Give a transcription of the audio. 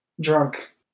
drunk